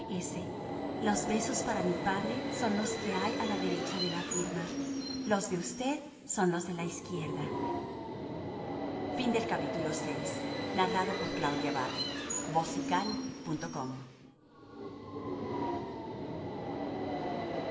s los besos para mi padre son los que hay a la derecha de la firma los de usted son los de la izquierda vii el nuevo doméstico